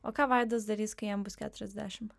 o ką vaidas darys kai jam bus keturiasdešim